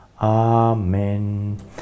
Amen